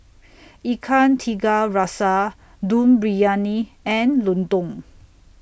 Ikan Tiga Rasa Dum Briyani and Lontong